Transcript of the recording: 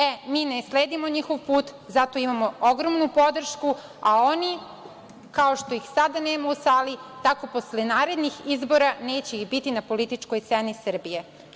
E, mi ne sledimo njihov put, zato imamo ogromnu podršku, a oni, kao što ih sada nema u sali, tako posle narednih izbora neće ih biti na političkoj sceni Srbije.